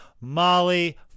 Molly